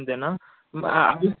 అంతేనా అది